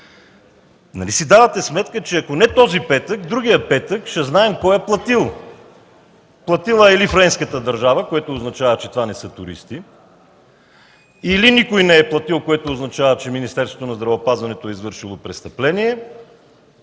си давате сметка, че ако не този петък, другия ще знаем кой е платил?! Платила е или френската държава, което означава, че това не са туристи; или никой не е платил, което означава, че Министерството на здравеопазването е извършило престъпление;